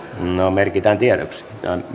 merkitään tiedoksi